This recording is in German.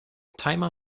timer